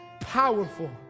powerful